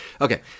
Okay